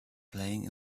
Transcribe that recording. playing